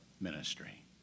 ministry